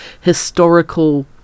historical